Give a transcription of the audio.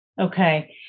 Okay